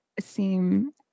seem